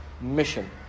mission